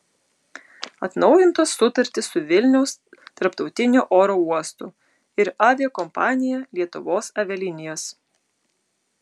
atnaujintos sutartys su vilniaus tarptautiniu oro uostu ir aviakompanija lietuvos avialinijos